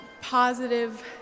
positive